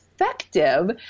effective